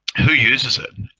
who uses it?